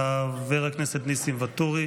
חבר הכנסת ניסים ואטורי.